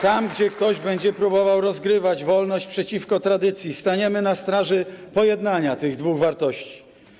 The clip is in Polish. Tam gdzie ktoś będzie próbował rozgrywać wolność przeciwko tradycji, staniemy na straży pojednania tych dwóch wartości.